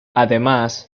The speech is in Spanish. además